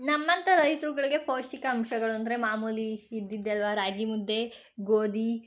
ನಮ್ಮಂಥ ರೈತರುಗಳಿಗೆ ಪೌಷ್ಟಿಕಾಂಶಗಳು ಅಂದರೆ ಮಾಮೂಲಿ ಇದ್ದಿದ್ದೇ ಅಲ್ಲವಾ ರಾಗಿಮುದ್ದೆ ಗೋಧಿ